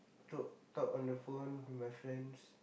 talk talk on the phone with my friends